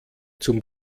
zum